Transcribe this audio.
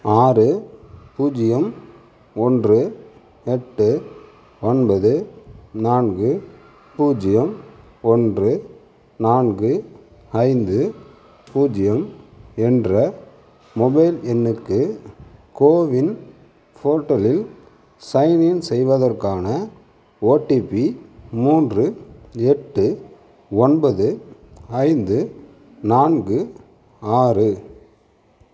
ஆறு பூஜ்ஜியம் ஒன்று எட்டு ஒன்பது நான்கு பூஜ்ஜியம் ஒன்று நான்கு ஐந்து பூஜ்ஜியம் என்ற மொபைல் எண்ணுக்கு கோவின் போர்ட்டலில் சைனின் செய்வதற்கான ஓடிபி மூன்று எட்டு ஒன்பது ஐந்து நான்கு ஆறு